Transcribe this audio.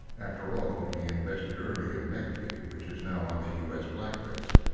after all, he invested early in megvii, which is now on the u s. blacklist.